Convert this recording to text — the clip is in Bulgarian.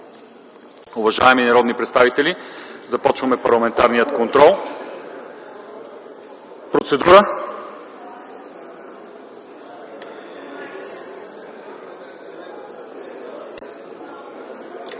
Уважаеми народни представители, започваме парламентарния контрол с Цветан